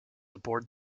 aboard